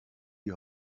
die